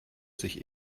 sich